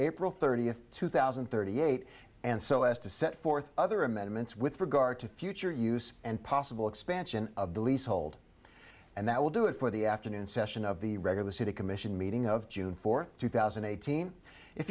april thirtieth two thousand and thirty eight and so as to set forth other amendments with regard to future use and possible expansion of the lease hold and that will do it for the afternoon session of the regular city commission meeting of june fourth two thousand and eighteen if